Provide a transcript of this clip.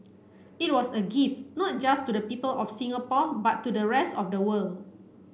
it was a gift not just to the people of Singapore but to the rest of the world